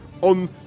on